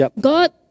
God